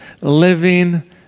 Living